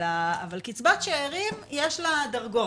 אבל לקצבת שארים יש דרגות.